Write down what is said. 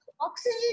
oxygen